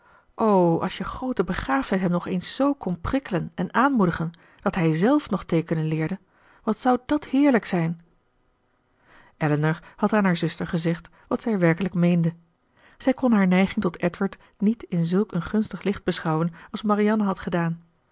o als je groote begaafdheid hem nog eens z kon prikkelen en aanmoedigen dat hij zelf nog teekenen leerde wat zou dàt heerlijk zijn elinor had aan haar zuster gezegd wat zij werkelijk meende zij kon haar neiging tot edward niet in zulk een gunstig licht beschouwen als marianne had gedaan